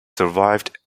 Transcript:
survived